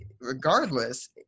regardless